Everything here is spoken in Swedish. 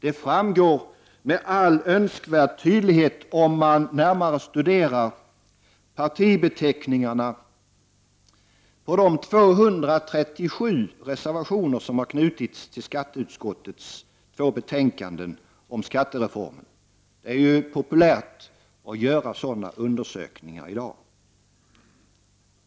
Det framgår med all önskvärd tydlighet, om man närmare studerar partibeteckningarna på de 237 reservationer som knutits till skatteutskottets två betänkanden om skattereformen. Det är ju populärt att göra sådana undersökningar i dag.